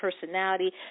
personality